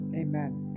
Amen